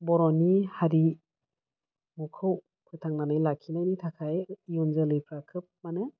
बर'नि हारिमुखौ फोथांनानै लाखिनायनि थाखाय इयुन जोलैफ्रा खोब माने